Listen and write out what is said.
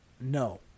No